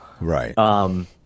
Right